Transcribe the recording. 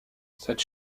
cette